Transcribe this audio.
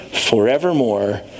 forevermore